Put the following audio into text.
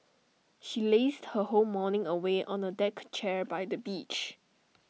she lazed her whole morning away on A deck chair by the beach